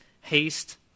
haste